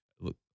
look